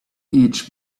each